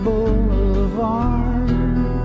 Boulevard